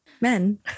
men